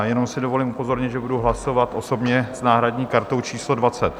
Jenom si dovolím upozornit, že budu hlasovat osobně s náhradní kartou číslo 28.